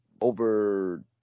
over